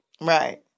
Right